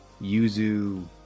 Yuzu